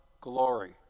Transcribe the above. glory